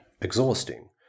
exhausting